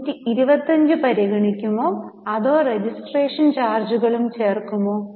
125 പരിഗണിക്കുമോ അതോ രജിസ്ട്രേഷൻ ചാർജുകളും ചേർക്കുമോ